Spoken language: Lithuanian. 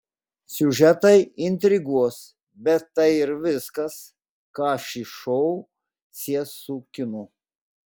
siužetai intriguos bet tai ir viskas kas šį šou sies su kinu